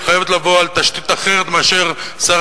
היא חייבת לבוא על תשתית אחרת מאשר שר